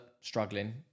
struggling